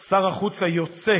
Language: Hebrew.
שר החוץ היוצא